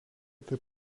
taip